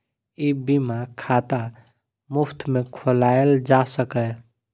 ई बीमा खाता मुफ्त मे खोलाएल जा सकैए